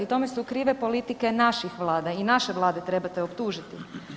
Tome su krive politike naših vlade, i naše vlade trebate optužiti.